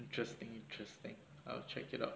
interesting interesting I'll check it out